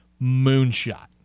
moonshot